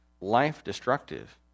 life-destructive